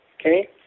okay